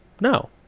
No